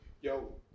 Yo